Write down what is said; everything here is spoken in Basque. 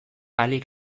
ahalik